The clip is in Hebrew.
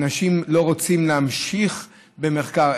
אנשים לא רוצים להמשיך במחקר,